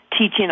teaching